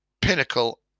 pinnacle